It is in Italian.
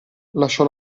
lasciò